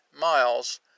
miles